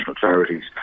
charities